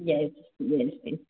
yes yes yes